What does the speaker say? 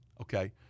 Okay